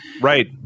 right